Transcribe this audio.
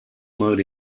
mode